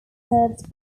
served